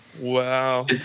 Wow